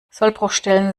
sollbruchstellen